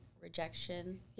rejection